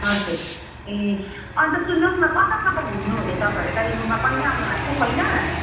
हजुर ए अनि त सुन्नुहोस् न कता कता घुम्नुहुने तपाईँहरू कालेबुङमा कहिले आउनुभएको थियो पहिला